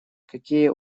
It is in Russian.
какие